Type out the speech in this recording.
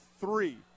three